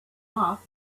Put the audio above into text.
off